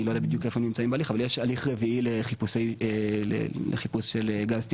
אני לא יודע בדיוק איפה הם נמצאים הליך רביעי לחיפוש של גז טבעי.